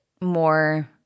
more